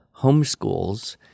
homeschools